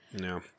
No